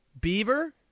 beaver